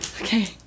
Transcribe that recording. Okay